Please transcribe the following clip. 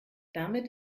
damit